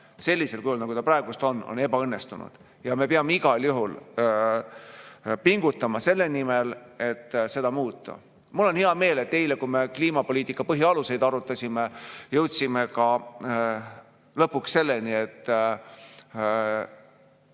sellisel kujul, nagu ta praegu on, ebaõnnestunud. Me peame igal juhul pingutama selle nimel, et seda muuta. Mul on hea meel, et eile, kui me kliimapoliitika põhialuseid arutasime, jõudsime lõpuks ka selleni, et